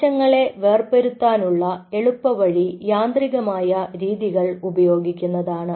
കോശങ്ങളെ വേർപെടുത്താനുള്ള എളുപ്പവഴി യാന്ത്രികമായ രീതികൾ ഉപയോഗിക്കുന്നതാണ്